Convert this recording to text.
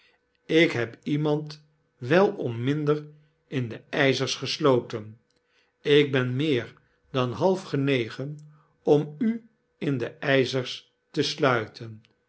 ik heb iemand wel om minder in de yzers gesloten ik ben meer dan half genegen om u in de yzerstesluiten spreek